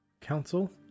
council